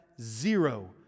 zero